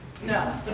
No